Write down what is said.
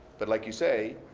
but like you say